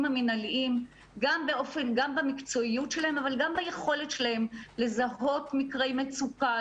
המנהליים גם במקצועיות שלהם אבל גם ביכולת שלהם לזהות מקרי מצוקה,